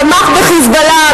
תמך ב"חיזבאללה".